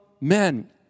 men